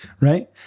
Right